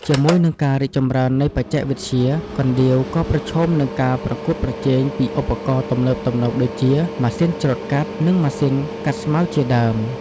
ជាមួយនឹងការរីកចម្រើននៃបច្ចេកវិទ្យា កណ្ដៀវក៏ប្រឈមនឹងការប្រកួតប្រជែងពីឧបករណ៍ទំនើបៗដូចជា ម៉ាស៊ីនច្រូតកាត់ និងម៉ាស៊ីនកាត់ស្មៅជាដើម។